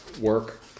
work